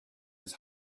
his